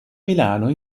milano